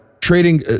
trading